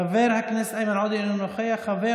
חבל